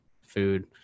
food